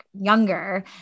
younger